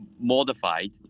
modified